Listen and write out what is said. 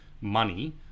money